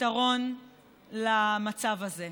פתרון למצב הזה.